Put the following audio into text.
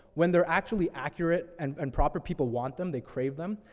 when they are actually accurate and, and proper, people want them, they crave them.